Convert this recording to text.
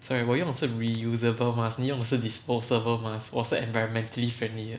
sorry 我用的是 reusable mask 你用的是 disposable mask 我是 environmentally friendly 的